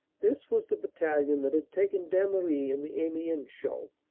this was the battalion that had taken damery. in the amiens sho